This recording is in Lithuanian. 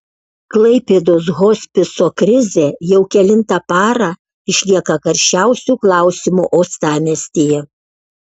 klaipėdos hospiso krizė jau kelintą parą išlieka karščiausiu klausimu uostamiestyje